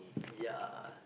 ya